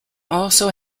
also